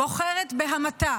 בוחרת בהמתה